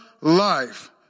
life